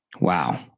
Wow